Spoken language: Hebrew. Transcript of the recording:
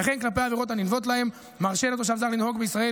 וכן כלפי העבירות הנלוות: מרשה לתושב זר לנהוג בישראל,